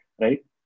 Right